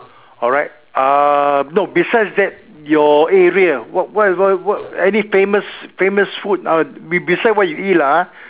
alright uh no besides that your area what what what any famous famous uh be~ beside what you eat lah ah